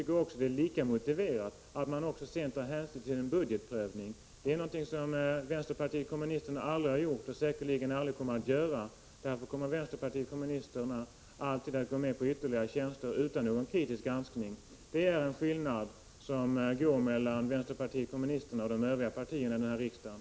Men jag tycker det är lika motiverat att man sedan tar hänsyn till budgetprövningen. Det är emellertid någonting som vänsterpartiet kommunisterna aldrig har gjort och säkerligen aldrig kommer att göra. Därför kommer vänsterpartiet kommunisterna alltid att gå med på ytterligare tjänster utan någon kritisk granskning. Det är den skillnad som finns mellan vänsterpartiet kommunisterna och de övriga partierna här i riksdagen.